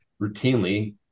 routinely